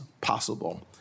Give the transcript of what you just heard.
possible